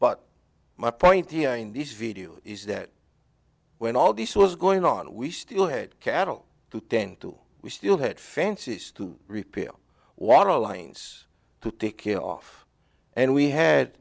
but my point here in this video is that when all this was going on we still had cattle to tend to we still had fences to repeal water lines to to kill off and we had